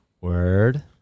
Word